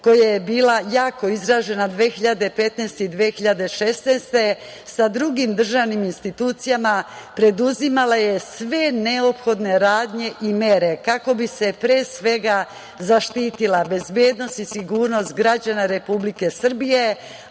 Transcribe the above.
koja je bila jako izražena 2015. i 2016. godine, sa drugim državnim institucijama preduzimala sve neophodne radnje i mere kako bi se pre svega zaštitila bezbednost i sigurnost građana Republike Srbije,